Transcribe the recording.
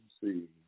see